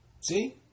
See